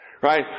right